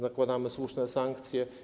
Nakładamy słuszne sankcje.